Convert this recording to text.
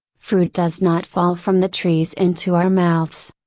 fruit does not fall from the trees into our mouths.